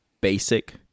basic